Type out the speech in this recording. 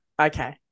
Okay